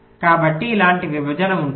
కాబట్టి ఇలాంటి విభజన ఉంటుంది